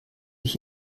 ich